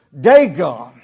Dagon